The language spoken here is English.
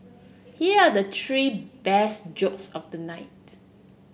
here are the three best jokes of the night